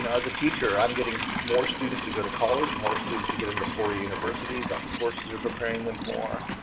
and as a teacher i'm getting more students to go to college, more students to get into four year universities, our courses are preparing them more.